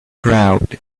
crowd